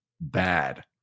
bad